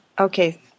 Okay